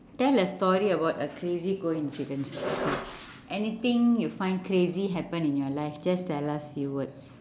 tell a story about a crazy coincidence okay anything you find crazy happen in your life just tell us few words